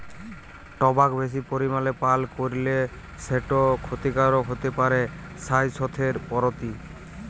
টবাক বেশি পরিমালে পাল করলে সেট খ্যতিকারক হ্যতে পারে স্বাইসথের পরতি